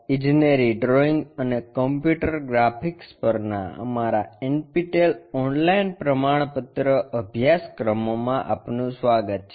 ઇજનેરી ડ્રોઇંગ અને computer graphics પરના અમારા એનપીટીએલ ઓનલાઇન પ્રમાણપત્ર અભ્યાસક્રમોમાં આપનું સ્વાગત છે